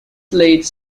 leads